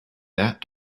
that